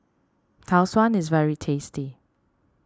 Tau Suan is very tasty